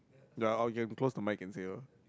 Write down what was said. ya or you can close the mic and say lor